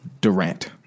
Durant